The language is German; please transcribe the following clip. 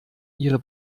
ihre